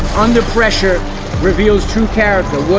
under pressure reveals true character.